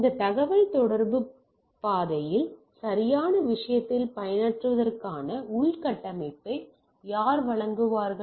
இந்த தகவல்தொடர்பு பாதையில் சரியான விஷயத்தில் பணியாற்றுவதற்கான உள்கட்டமைப்பை யார் வழங்குவார்கள்